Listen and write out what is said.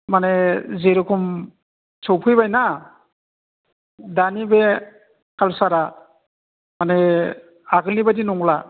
माने जेरखम सौफैबाय ना दानि बे कालसारा माने आगोलनि बायदि नंला